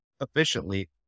efficiently